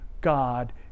God